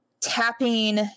tapping